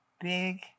big